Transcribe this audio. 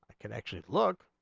ah can actually look